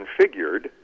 configured